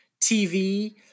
TV